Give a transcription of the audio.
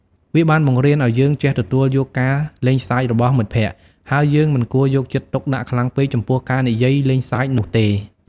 វាបានបង្រៀនឱ្យយើងចេះទទួលយកការលេងសើចរបស់មិត្តភក្តិ ហើយយើងមិនគួរយកចិត្តទុកដាក់ខ្លាំងពេកចំពោះការនិយាយលេងសើចនោះទេ។